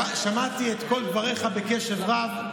האמת היא שאני שמעתי את כל דבריך בקשב רב.